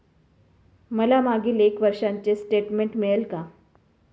मला मागील एक वर्षाचे स्टेटमेंट मिळेल का?